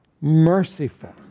merciful